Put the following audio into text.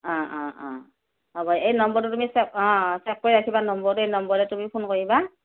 অ অ অ হ'ব এই নাম্বাৰটো তুমি ছেভ অ ছেভ কৰি ৰাখিবা নম্বৰটো এই নম্বৰতে তুমি ফোন কৰিবা